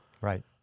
Right